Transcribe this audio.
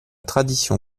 tradition